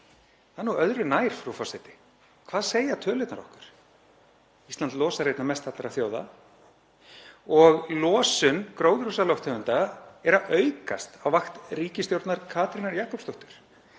Það er öðru nær, frú forseti. Hvað segja tölurnar okkur? Ísland losar einna mest allra þjóða og losun gróðurhúsalofttegunda er að aukast á vakt ríkisstjórnar Katrínar Jakobsdóttur.